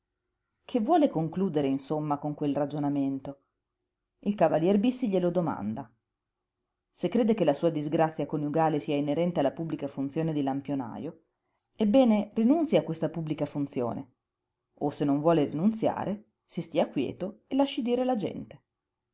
che vuole concludere insomma con quel ragionamènto il cavalier bissi glielo domanda se crede che la sua disgrazia coniugale sia inerente alla pubblica funzione di lampionajo ebbene rinunzii a questa pubblica funzione o se non vuole rinunziare si stia quieto e lasci dire la gente